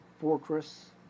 fortress